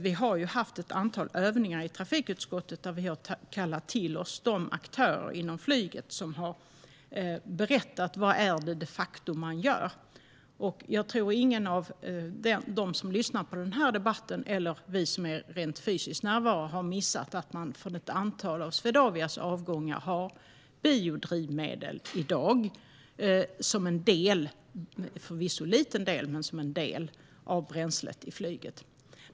Vi har haft ett antal övningar i trafikutskottet där vi har kallat till oss aktörer inom flyget som har berättat vad man de facto gör. Jag tror inte att någon av dem som lyssnar på denna debatt, eller vi som är rent fysiskt närvarande, har missat att man när det gäller ett antal av Swedavias avgångar i dag har biodrivmedel som en del, förvisso liten del, av bränslet i flyget.